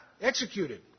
executed